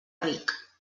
ric